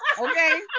Okay